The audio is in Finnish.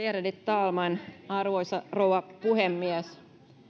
ärade talman arvoisa rouva puhemies